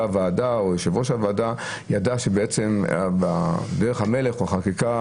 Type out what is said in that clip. הוועדה או יושב-ראש הוועדה ידע שבעצם דרך המלך או החקיקה